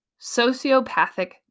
sociopathic